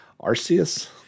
Arceus